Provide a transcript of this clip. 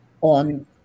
on